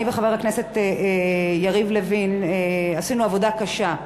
אני וחבר הכנסת יריב לוין עשינו עבודה קשה.